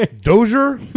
Dozier